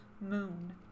moon